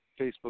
Facebook